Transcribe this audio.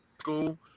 school